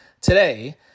today